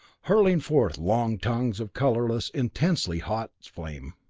hurling forth long tongues of colorless, intensely hot flame.